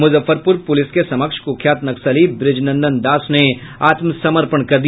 Muzaffarpur police के समक्ष कुख्यात नक्सली व्रजनंदन दास ने आत्मसमर्पण कर दिया